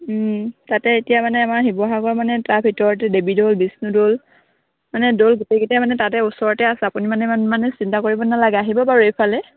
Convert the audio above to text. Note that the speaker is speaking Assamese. তাতে এতিয়া মানে আমাৰ শিৱসাগৰ মানে তাৰ ভিতৰতে দেৱীদৌল বিষ্ণুদৌল মানে দৌল গোটেইকেইটা মানে তাতে ওচৰতে আছে আপুনি মানে মানে চিন্তা কৰিব নালাগে আহিব বাৰু এইফালে